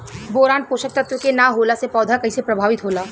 Boron पोषक तत्व के न होला से पौधा कईसे प्रभावित होला?